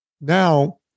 Now